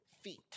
feet